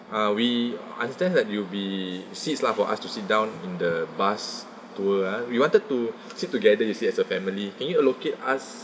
ah we understand that it'll be seats lah for us to sit down in the bus tour ah we wanted to sit together you see as a family can you allocate us